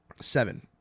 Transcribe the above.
seven